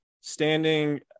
standing